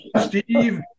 Steve